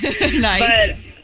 Nice